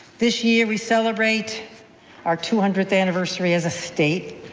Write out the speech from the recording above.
this year, we celebrate our two hundredth anniversary as a state.